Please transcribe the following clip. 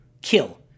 kill